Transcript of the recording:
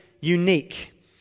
unique